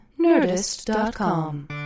Nerdist.com